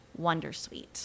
wondersuite